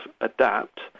adapt